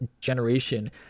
generation